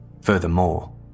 Furthermore